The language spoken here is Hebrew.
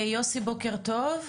יוסי, בוקר טוב.